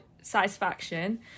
satisfaction